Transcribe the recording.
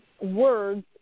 Words